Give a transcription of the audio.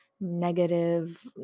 negative